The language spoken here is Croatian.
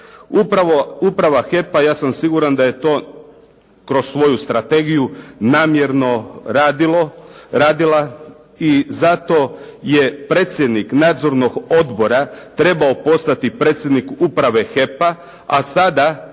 Uprava HEP-a ja sam siguran da je to kroz svoju strategiju namjerno radila i zato je predsjednik nadzornog odbora trebao postati predsjednik Uprave HEP-a, a sada